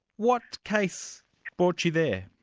what case brought you there?